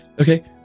Okay